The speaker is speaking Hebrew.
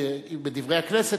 ב"דברי הכנסת",